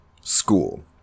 School